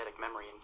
memory